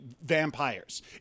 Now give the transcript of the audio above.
vampires